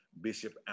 Bishop